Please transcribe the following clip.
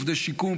עובדי שיקום,